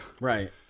Right